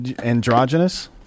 Androgynous